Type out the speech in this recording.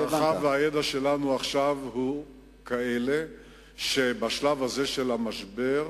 ההערה והידע שלנו עכשיו הם כאלה שבשלב הזה של המשבר,